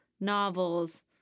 novels